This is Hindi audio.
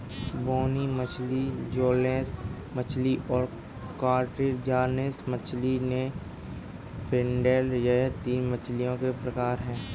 बोनी मछली जौलेस मछली और कार्टिलाजिनस मछली रे फिनेड यह तीन मछलियों के प्रकार है